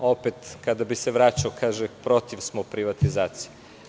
Opet, kad bih se vraćao, protiv smo privatizacije.